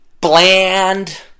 bland